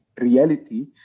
reality